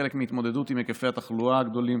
כחלק מהתמודדות עם היקפי התחלואה הגדולים